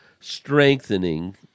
strengthening